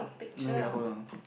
maybe I hold on